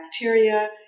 bacteria